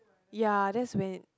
ya that's when